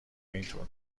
اینطور